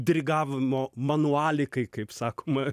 dirigavimo manualikai kaip sakoma